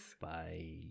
Bye